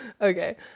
Okay